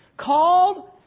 Called